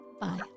bye